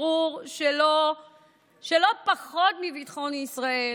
ברור שלא פחות מביטחון ישראל,